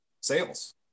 sales